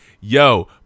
yo